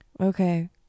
okay